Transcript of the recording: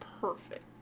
perfect